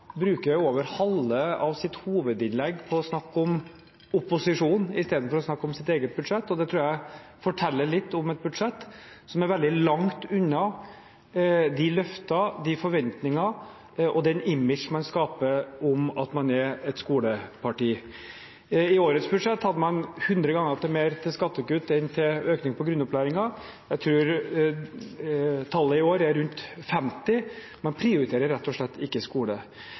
bruker over halve sitt hovedinnlegg til å snakke om opposisjonen istedenfor å snakke om sitt eget budsjett, og det tror jeg forteller litt om et budsjett som er veldig langt unna de løfter, de forventninger og det imaget man skaper om at man er et skoleparti. I årets budsjett hadde man 100 ganger mer til skattekutt enn til økning på grunnopplæringen – jeg tror tallet i år er rundt 50. Man prioriterer rett og slett ikke skole.